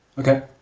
Okay